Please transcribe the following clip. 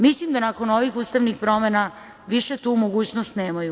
Mislim da nakon ovih ustavnih promena više tu mogućnost nemaju.